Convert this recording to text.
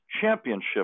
championship